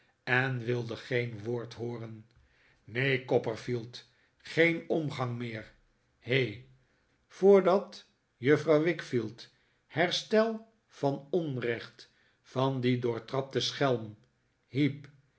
en wilde geen woord hooren neen copperfield geen omgang meer he voordat juffrouw wickfield herstel van onrecht van dien idoortrapten schelm heep